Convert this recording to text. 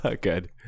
Good